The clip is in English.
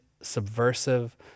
subversive